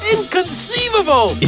Inconceivable